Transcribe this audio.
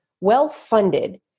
well-funded